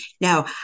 Now